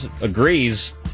agrees